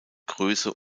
größe